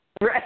Right